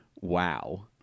wow